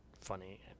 funny